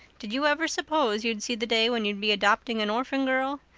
did you ever suppose you'd see the day when you'd be adopting an orphan girl?